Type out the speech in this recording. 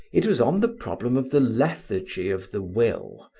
it was on the problem of the lethargy of the will,